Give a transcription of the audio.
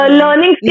learning